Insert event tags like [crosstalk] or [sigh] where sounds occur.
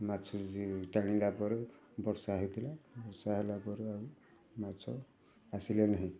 ମାଛ [unintelligible] ଟାଣିଲା ପରେ ବର୍ଷା ହେଇଥିଲା ବର୍ଷା ହେଲାପରେ ଆଉ ମାଛ ଆସିଲେ ନାହିଁ